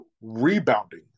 rebounding